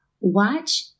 watch